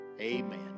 amen